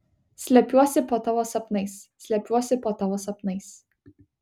slepiuosi po tavo sapnais slepiuosi po tavo sapnais